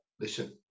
listen